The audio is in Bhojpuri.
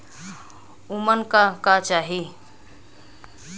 उमन का का चाही?